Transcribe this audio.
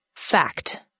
Fact